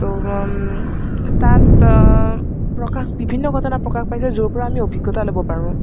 তৌ তাত প্ৰকাশ বিভিন্ন ঘটনা প্ৰকাশ পাইছে য'ৰপৰা আমি অভিজ্ঞতা ল'ব পাৰোঁ